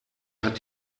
hat